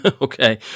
Okay